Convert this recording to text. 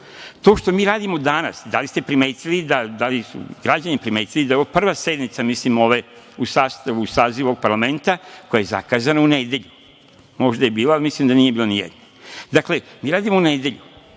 To što mi radimo danas, da li ste primetili, da li su građani primetili da je ovo prva sednica u sazivu ovog parlamenta koja je zakazana u nedelju. Možda je bila, ali mislim da nije bila ni jedna. Dakle, radimo u nedelju.